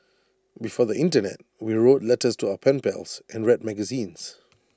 before the Internet we wrote letters to our pen pals and read magazines